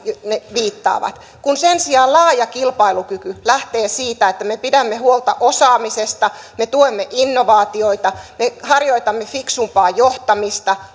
viittaavat sen sijaan laaja kilpailukyky lähtee siitä että me pidämme huolta osaamisesta me tuemme innovaatioita me harjoitamme fiksumpaa johtamista